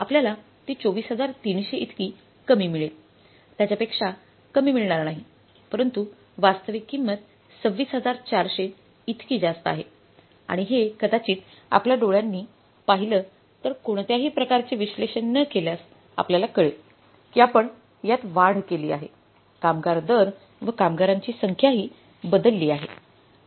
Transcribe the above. आपल्याला ती 24300 इतके कमी मिळेल त्याच्यापेक्षा कमी मिळणार नाही परंतु वास्तविक किंमत 26400 इतकी जास्त आहे आणि हे कदाचित आपल्या डोळ्यांनी पाहिलं तर कोणत्याही प्रकारचे विश्लेषण न केल्यास आपल्याला कळेल की आपण यात वाढ केली आहे कामगार दर व कामगारांची संख्याही बदलली आहे